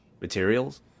materials